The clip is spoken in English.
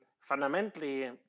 fundamentally